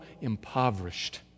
impoverished